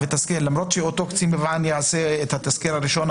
למרות שאותו קצין מבחן יעשה את התסקיר הראשון,